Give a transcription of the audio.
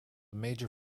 major